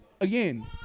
again